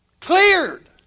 Cleared